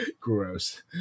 gross